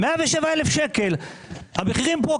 המחירים פה,